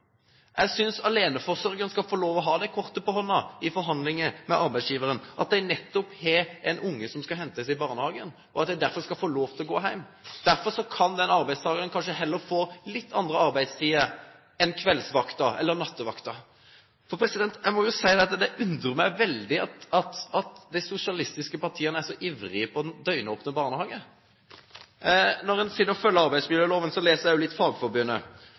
Jeg syns aleneforsørgerne skal få lov til å ha det kortet på hånden i forhandlinger med arbeidsgiveren at de har en unge som skal hentes i barnehagen, og at de derfor skal få lov til å gå hjem. Derfor kunne den arbeidstakeren kanskje heller få litt andre arbeidstider enn kveldsvakter, eller nattevakter. For jeg må jo si at det undrer meg veldig at de sosialistiske partiene er så ivrige for en døgnåpen barnehage. Når jeg sitter og følger arbeidsmiljøloven, leser jeg også litt fra fagforbundet,